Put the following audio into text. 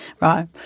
Right